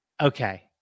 Okay